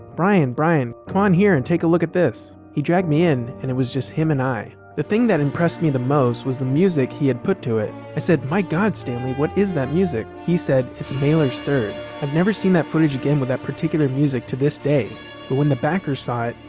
brian! brian! c'mon on here, and take a look at this he dragged me in and it was just him and i. the thing that impressed me the most was the music he had put to it. i said, my god stanley, what is that music? he said, it's mahler's third i've never seen that footage again with that particular music to this day, but when the backers saw it,